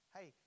Hey